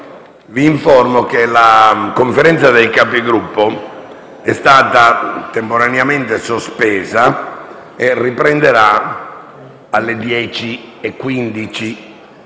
vi informo che la Conferenza dei Capigruppo è stata temporaneamente sospesa e riprenderà alle ore 10,15.